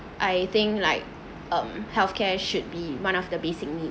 I think like um healthcare should be one of the basic need